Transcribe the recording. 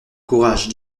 courage